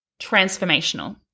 transformational